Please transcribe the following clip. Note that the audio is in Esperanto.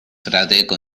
fradeko